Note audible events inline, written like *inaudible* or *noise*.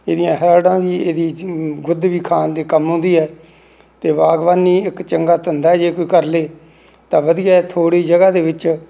ਇਹਦੀਆਂ ਹਰੜਾਂ ਦੀ ਇਹਦੀ *unintelligible* ਗੁੱਦ ਵੀ ਖਾਣ ਦੇ ਕੰਮ ਆਉਂਦੀ ਹੈ ਅਤੇ ਬਾਗਬਾਨੀ ਇੱਕ ਚੰਗਾ ਧੰਦਾ ਜੇ ਕੋਈ ਕਰ ਲਏ ਤਾਂ ਵਧੀਆ ਥੋੜ੍ਹੀ ਜਗ੍ਹਾ ਦੇ ਵਿੱਚ